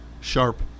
sharp